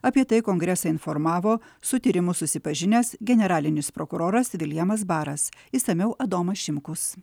apie tai kongresą informavo su tyrimu susipažinęs generalinis prokuroras viljamas baras išsamiau adomas šimkus